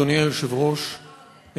אדוני היושב-ראש,